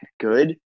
good